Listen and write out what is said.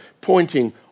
pointing